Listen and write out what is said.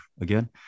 again